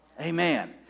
Amen